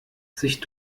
sich